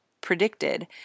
predicted